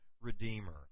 redeemer